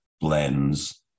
blends